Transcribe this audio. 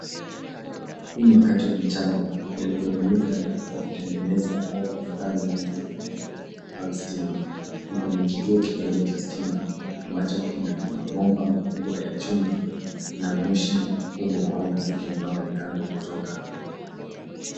Huu ni wakati wa mchana na ni kwenye muktadha wa kutengeneza au kuhifadhi nguvu za umeme au stuma. Ni kwenye kituo kidogo cha stima, ambacho kina mabomba makubwa ya chuma na moshi mkubwa au mvuke unaoonekana ukitoka.